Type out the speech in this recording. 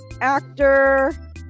actor